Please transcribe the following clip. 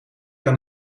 dan